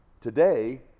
today